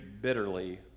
bitterly